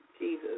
Jesus